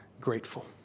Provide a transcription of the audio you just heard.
grateful